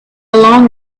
along